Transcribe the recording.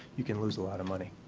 you can lose a lot of money.